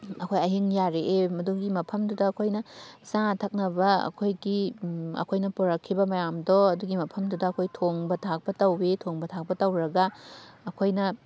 ꯑꯩꯈꯣꯏ ꯑꯍꯤꯡ ꯌꯥꯔꯦꯛꯏ ꯃꯗꯨꯒꯤ ꯃꯐꯝꯗꯨꯗ ꯑꯩꯈꯣꯏꯅ ꯆꯥꯅ ꯊꯛꯅꯕ ꯑꯩꯈꯣꯏꯒꯤ ꯑꯩꯈꯣꯏꯅ ꯄꯨꯔꯛꯈꯤꯕ ꯃꯌꯥꯝꯗꯣ ꯑꯗꯨꯒꯤ ꯃꯐꯝꯗꯨꯗ ꯑꯩꯈꯣꯏ ꯊꯣꯡꯕ ꯊꯥꯛꯄ ꯇꯧꯏ ꯊꯣꯡꯕ ꯊꯥꯛꯄ ꯇꯧꯔꯒ ꯑꯩꯈꯣꯏꯅ